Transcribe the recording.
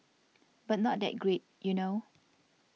but not that great you know